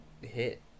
hit